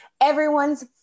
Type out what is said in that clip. everyone's